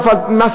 מוסף,